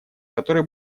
который